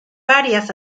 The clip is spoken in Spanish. varias